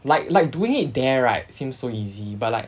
like like doing it there right seem so easy but like